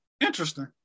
Interesting